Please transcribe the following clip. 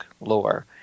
lore